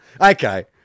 Okay